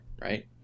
right